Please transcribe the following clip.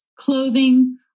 Clothing